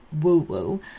woo-woo